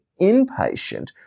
inpatient